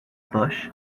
bush